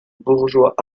bourgeois